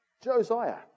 Josiah